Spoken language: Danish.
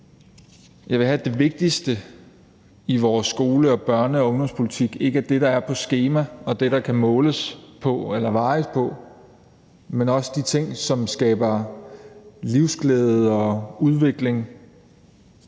Jeg vil have, at det vigtigste i vores skole-, børne- og ungdomspolitik ikke er det, der er på et skema, og det, der kan måles eller vejes på, men er de ting, som skaber livsglæde og udvikling